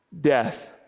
Death